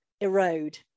erode